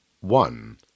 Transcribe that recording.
One